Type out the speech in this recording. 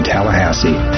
Tallahassee